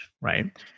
right